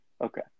okay